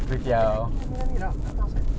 aku nak kamera ni lah aku tak tahu asal